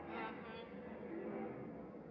mmhmm